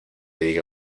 diga